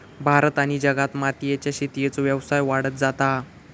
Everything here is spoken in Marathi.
भारत आणि जगात मोतीयेच्या शेतीचो व्यवसाय वाढत जाता हा